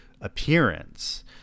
appearance